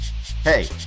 Hey